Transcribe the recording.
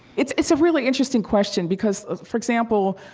it's it's a really interesting question, because for example,